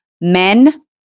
men